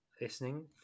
listening